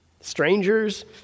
Strangers